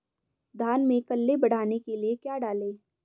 धान में कल्ले बढ़ाने के लिए क्या डालें?